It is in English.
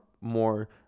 more